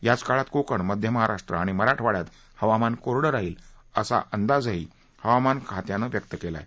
याच काळात कोकण मध्य महाराष्ट्र आणि मराठवाड्यात हवामान कोरडं राहील असा अंदाजही हवामान खात्यानं व्यक्त केला आहे